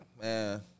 man